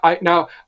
Now